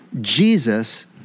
Jesus